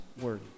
Word